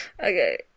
Okay